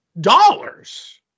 dollars